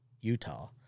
Utah